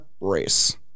race